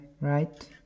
right